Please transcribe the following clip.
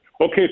Okay